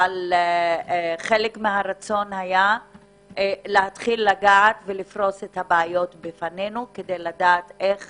אבל חלק מהרצון היה להתחיל לפרוס את בעיות בפנינו כדי לדעת איך